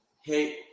Hey